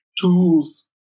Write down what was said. tools